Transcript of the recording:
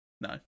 No